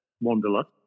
wanderlust